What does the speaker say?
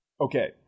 Okay